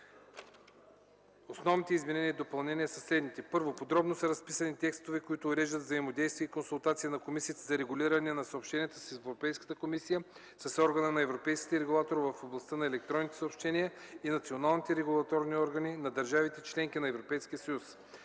Основните изменения и допълнения са следните: І. Подробно са разписани текстове, които уреждат взаимодействието и консултациите на Комисията за регулиране на съобщенията с Европейската комисия, с Органа на европейските регулатори в областта на електронните съобщения и с националните регулаторни органи на държавите – членки на Европейския съюз.